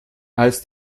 als